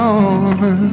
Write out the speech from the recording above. on